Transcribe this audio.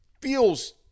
feels